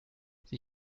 sie